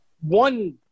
one